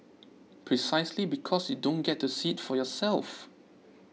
precisely because you don't get to see it for yourself